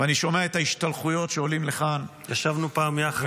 ואני שומע את ההשתלחויות כשעולים לכאן --- ישבנו פעם יחד.